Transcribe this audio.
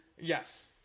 Yes